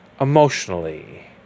emotionally